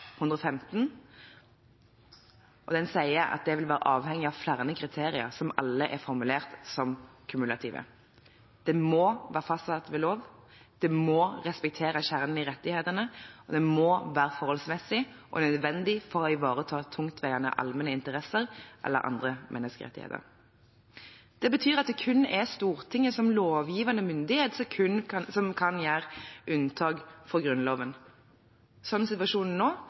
vil være avhengig av flere kriterier, som alle er formulert som kumulative. Den må være fastsatt ved lov, den må respektere kjernen i rettighetene, og den må være forholdsmessig og nødvendig for å ivareta tungtveiende allmenne interesser eller andres menneskerettigheter. Det betyr at det kun er Stortinget som lovgivende myndighet som kan gjøre unntak fra Grunnloven. Slik situasjonen er nå,